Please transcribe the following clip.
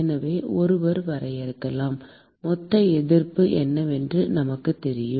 எனவே ஒருவர் வரையறுக்கலாம் மொத்த எதிர்ப்பு என்னவென்று எங்களுக்குத் தெரியும்